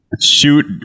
shoot